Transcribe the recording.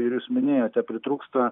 ir jūs minėjote pritrūksta